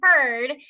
heard